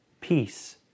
peace